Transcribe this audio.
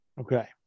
Okay